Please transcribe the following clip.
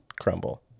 Crumble